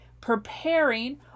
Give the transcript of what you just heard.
preparing